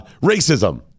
Racism